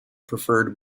preferred